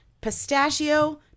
pistachio